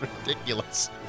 ridiculous